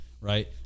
right